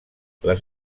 les